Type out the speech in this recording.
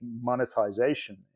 monetization